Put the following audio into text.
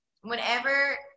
Whenever